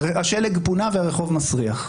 השלג פונה והרחוב מסריח.